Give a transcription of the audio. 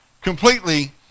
completely